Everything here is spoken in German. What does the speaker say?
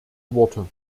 worte